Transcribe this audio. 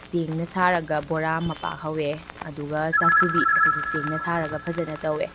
ꯆꯦꯡꯅ ꯁꯥꯔꯒ ꯕꯣꯔꯥ ꯃꯄꯥꯛ ꯍꯧꯋꯦ ꯑꯗꯨꯒ ꯆꯥꯁꯨꯕꯤ ꯑꯁꯤꯁꯨ ꯆꯦꯡꯅ ꯁꯥꯔꯒ ꯐꯖꯅ ꯇꯧꯋꯦ